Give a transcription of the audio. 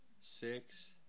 six